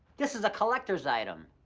this is a collector's item.